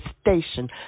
station